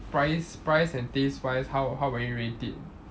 price price and taste wise how how would you rate it